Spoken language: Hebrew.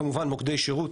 כמובן מוקדי שירות